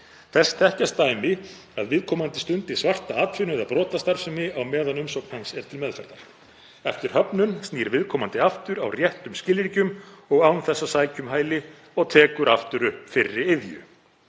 Þess þekkjast dæmi að viðkomandi stundi „svarta atvinnu“ eða brotastarfsemi á meðan umsókn hans er til meðferðar. Eftir höfnun snýr viðkomandi aftur á réttum skilríkjum og án þess að sækja um hæli og tekur aftur upp fyrri iðju.